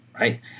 Right